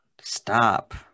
stop